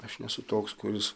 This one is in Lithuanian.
aš nesu toks kuris